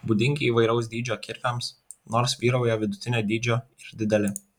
būdingi įvairaus dydžio kirviams nors vyrauja vidutinio dydžio ir dideli